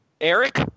Eric